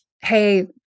Hey